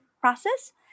process